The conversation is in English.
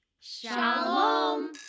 Shalom